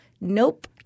Nope